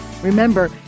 Remember